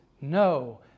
no